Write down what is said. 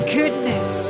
goodness